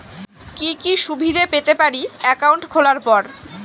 কি কি সুবিধে পেতে পারি একাউন্ট খোলার পর?